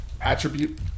attribute